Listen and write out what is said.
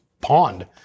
pond